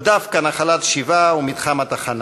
או דווקא נחלת-שבעה ומתחם-התחנה?